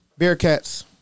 Bearcats